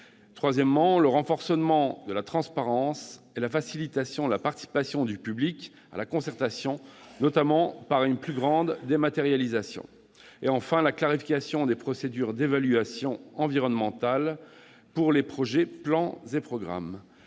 Troisièmement, le renforcement de la transparence et une participation facilitée du public à la concertation, notamment par une plus grande dématérialisation. Quatrièmement, enfin, la clarification des procédures d'évaluation environnementale pour les projets, plans et programmes.